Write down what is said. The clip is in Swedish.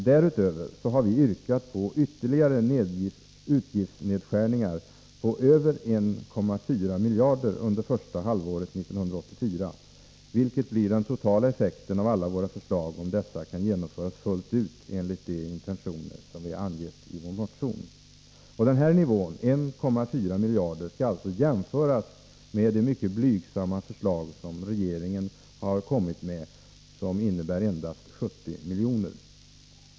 Därutöver har vi yrkat på ytterligare utgiftsnedskärningar på över 1,4 miljarder under första halvåret 1984, vilket blir den totala effekten av alla våra förslag, om dessa genomförs fullt ut enligt de intentioner som vi angett i vår motion. Det här skall alltså jämföras med det blygsamma förslag som regeringen kommit med och som innebär endast 70 miljoner i besparing.